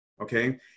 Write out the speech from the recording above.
okay